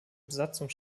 besatzung